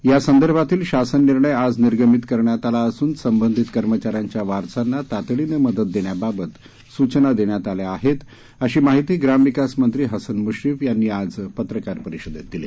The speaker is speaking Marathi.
यासंदर्भातील शासन निर्णय आज निर्गमित करण्यात आला असून संबंधीत कर्मचाऱ्यांच्या वारसांना तातडीने मदत देण्याबाबत सुचना देण्यात आल्या आहेत अशी माहिती ग्रामविकास मंत्री हसन मुश्रीफ यांनी आज पत्रकार परिषदेत दिली